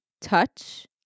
touch